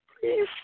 please